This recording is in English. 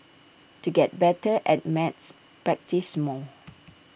to get better at maths practise more